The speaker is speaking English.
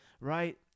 right